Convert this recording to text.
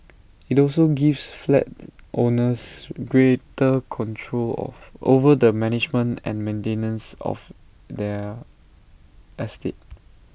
IT also gives flat owners greater control of over the management and maintenance of their estate